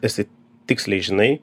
esi tiksliai žinai